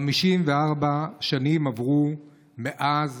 54 שנים עברו מאז